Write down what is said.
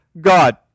God